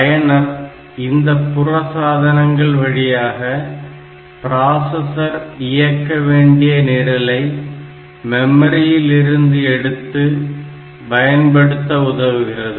பயனர் இந்த புற சாதனங்கள் வழியாக ப்ராசசர் இயக்க வேண்டிய நிரலை மெமரியில் இருந்து எடுத்து பயன்படுத்த உதவுகிறது